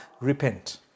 repent